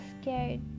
scared